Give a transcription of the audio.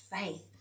faith